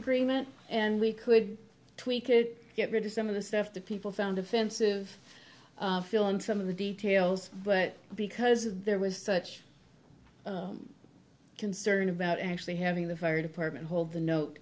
agreement and we could tweak it get rid of some of the stuff that people found offensive fill in some of the details but because there was such concern about actually having the fire department hold the note